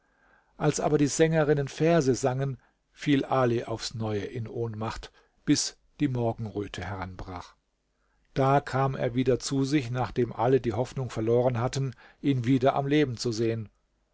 als aber die sängerinnen verse sangen fiel ali aufs neue in ohnmacht bis die morgenröte heranbrach da kam er wieder zu sich nachdem alle die hoffnung verloren hatten ihn wieder am leben zu sehen